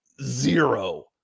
zero